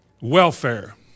welfare